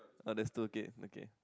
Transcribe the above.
oh there's two okay okay